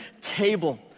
table